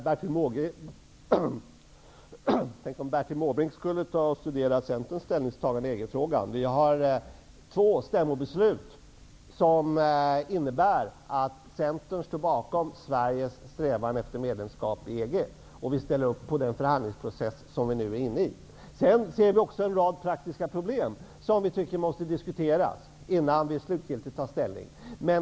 Herr talman! Tänk om Bertil Måbrink skulle ta och studera Centerns ställningstagande i EG-frågan! Vi har fattat två stämmobeslut, som innebär att Centern står bakom Sveriges strävan efter medlemskap i EG. Och vi ställer upp på den förhandlingsprocess som Sverige nu är inne i. Vi ser också en rad praktiska problem, som vi tycker måste diskuteras innan slutgiltig ställning tas.